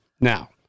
Now